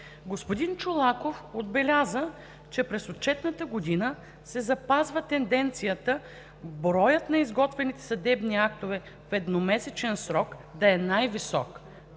Господин Чолаков отбеляза, че през отчетната година се запазва тенденцията броят на изготвените съдебни актове в едномесечен срок да е най-висок